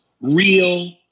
real